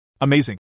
Amazing